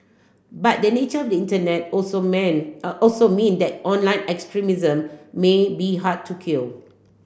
but the nature of the Internet also mean also mean that online extremism may be hard to kill